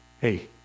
Hey